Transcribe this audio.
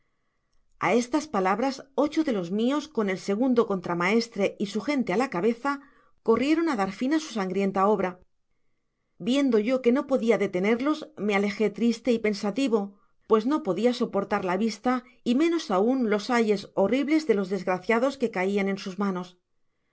a estas palabras ocho de los mios con el segundo contramaestre y su gente á la cabeza corrieron á dar fin á sa sangrienta obra viendo yo que no podia detenerlos me alejé triste y pensativo pues uo podia soportar la vista y menos aun ios ayes horribles de loedesgraciados que caian en sus manos